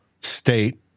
state